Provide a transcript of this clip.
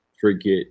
forget